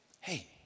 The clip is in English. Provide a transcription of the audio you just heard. Hey